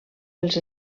els